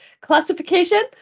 classification